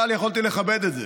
אבל יכולתי לכבד את זה.